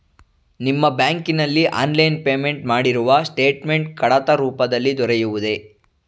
ನಿಮ್ಮ ಬ್ಯಾಂಕಿನಲ್ಲಿ online payment ಮಾಡಿರುವ ಸ್ಟೇಟ್ಮೆಂಟ್ ಕಡತ ರೂಪದಲ್ಲಿ ದೊರೆಯುವುದೇ?